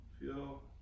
Feel